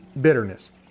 bitterness